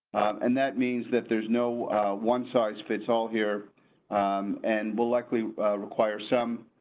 and that means that there's no one size fits all here and will likely require some.